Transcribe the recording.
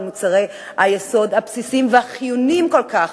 מוצרי היסוד הבסיסיים והחיוניים כל כך